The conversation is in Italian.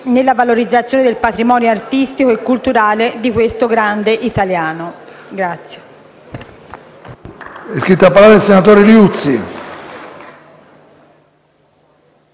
nella valorizzazione del patrimonio artistico e culturale di questo grande italiano.